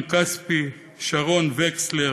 ויצמן-כספי, שרון וכסלר,